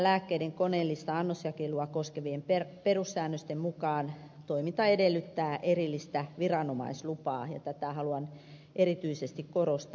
lääkkeiden koneellista annosjakelua koskevien perussäännösten mukaan toiminta edellyttää erillistä viranomaislupaa ja tätä haluan erityisesti korostaa